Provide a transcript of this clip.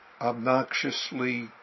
obnoxiously